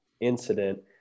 incident